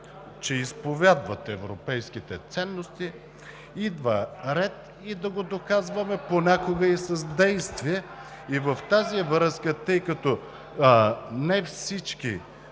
че изповядват европейските ценности, идва ред и да го доказваме понякога и с действие. И в тази връзка, тъй като не всички